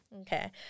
Okay